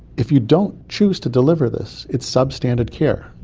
if you don't choose to deliver this, it's substandard care.